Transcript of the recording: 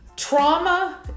Trauma